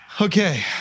Okay